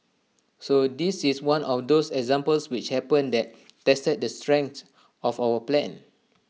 so this is one of those examples which happen that tested the strength of our plan